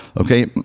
Okay